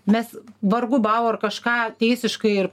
mes vargu bau ar kažką teisiškai ir